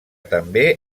també